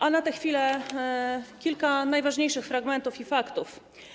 A na tę chwilę kilka najważniejszych fragmentów i faktów.